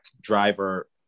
driver